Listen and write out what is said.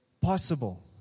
possible